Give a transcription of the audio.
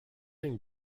den